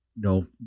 No